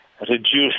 reduce